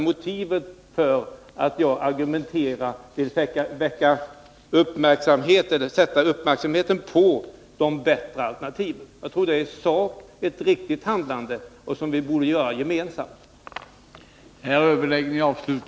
Motivet för att jag argumenterar i den här frågan är att jag vill fästa uppmärksamheten på de bättre alternativen. Jag tror att det i sak är ett riktigt handlande och något som vi borde göra gemensamt.